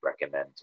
recommend